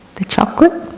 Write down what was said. the chocolate,